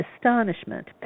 astonishment